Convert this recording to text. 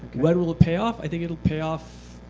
when will it pay off? i think it will pay off,